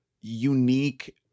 unique